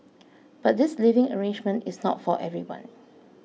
but this living arrangement is not for everyone